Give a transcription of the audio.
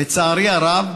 לצערי הרב,